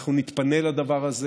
ואנחנו נתפנה לדבר הזה,